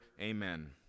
Amen